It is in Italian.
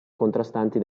contrastanti